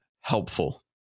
helpful